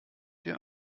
dir